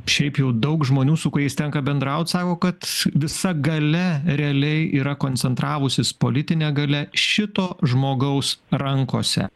šiaip jau daug žmonių su kuriais tenka bendraut sako kad visa galia realiai yra koncentravusis politinė galia šito žmogaus rankose